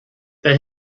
they